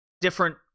different